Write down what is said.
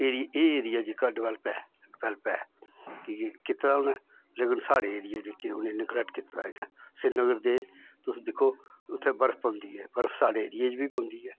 एह् ऐरिये जेहका डिवेल्प ऐ डिवेल्प ऐ कि जे कीते उ'नें लेकिन साढ़े ऐरिये जेह्के उ'नें निगलेक्ट कीता ऐ श्रीनगर दे तुस दिक्खो उत्थे बर्फ पौंदी ऐ बर्फ साढ़े ऐरिये च बी पौंदी ऐ